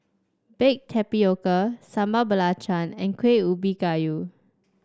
Baked Tapioca Sambal Belacan and Kueh Ubi Kayu